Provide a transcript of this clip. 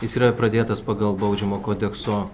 jis yra pradėtas pagal baudžiamo kodekso